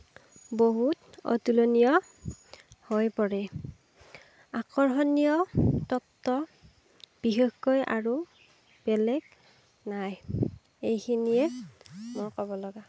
বহুত অতুলনীয় হৈ পৰে আকৰ্ষণীয় তত্ত্ব বিশেষকৈ আৰু বেলেগ নাই এইখিনিয়ে মোৰ ক'ব লগা